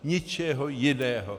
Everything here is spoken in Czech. Ničeho jiného.